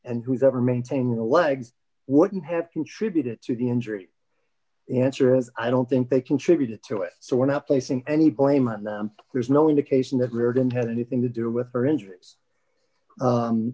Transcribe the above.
and who's ever maintaining the legs wouldn't have contributed to the injury answer is i don't think they contributed to it so we're not placing any blame on them there's no indication that riordan had anything to do with her injuries